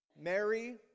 Mary